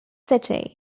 city